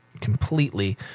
completely